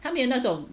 他没有那种